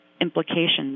implications